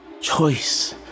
Choice